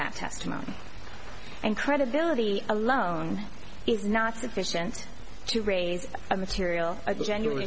that testimony and credibility alone is not sufficient to raise a material i genuine